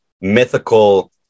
mythical